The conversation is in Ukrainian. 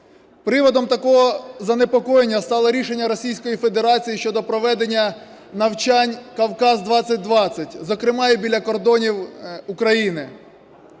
Приводом такого занепокоєння стало рішення Російської Федерації щодо проведення навчань "Кавказ-2020", зокрема, і біля кордонів України.